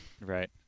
Right